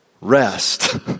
rest